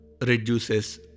reduces